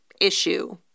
issue